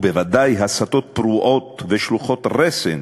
ובוודאי הסתות פרועות ושלוחות רסן